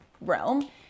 realm